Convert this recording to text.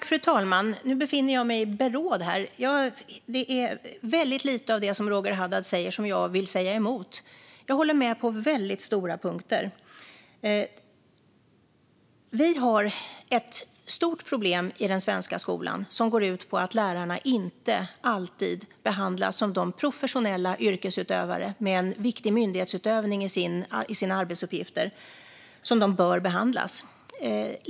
Fru talman! Nu befinner jag mig i beråd här, för det är väldigt lite av det Roger Haddad säger som jag vill säga emot. Jag håller med på väldigt många punkter. Vi har ett stort problem i den svenska skolan, och det handlar om att lärarna inte alltid behandlas som de bör behandlas, nämligen som professionella yrkesutövare med viktig myndighetsutövning som en av sina arbetsuppgifter.